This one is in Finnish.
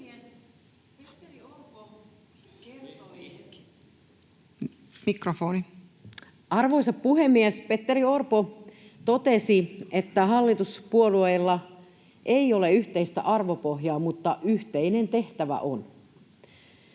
Arvoisa puhemies! Petteri Orpo totesi, että hallituspuolueilla ei ole yhteistä arvopohjaa mutta yhteinen tehtävä on.